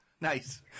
Nice